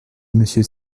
monsieur